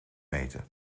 meten